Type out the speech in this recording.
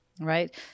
right